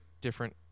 different